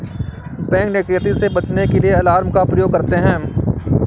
bank डकैती से बचने के लिए अलार्म का प्रयोग करते है